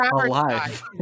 alive